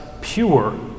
pure